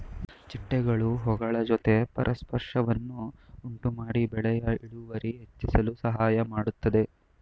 ಚಿಟ್ಟೆಗಳು ಹೂಗಳ ಜೊತೆ ಪರಾಗಸ್ಪರ್ಶವನ್ನು ಉಂಟುಮಾಡಿ ಬೆಳೆಯ ಇಳುವರಿ ಹೆಚ್ಚಿಸಲು ಸಹಾಯ ಮಾಡುತ್ತೆ